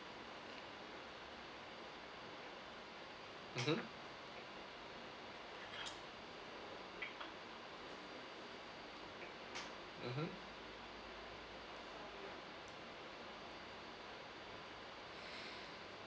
mmhmm mmhmm